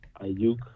Ayuk